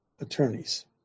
attorneys